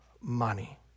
money